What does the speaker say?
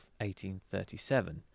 1837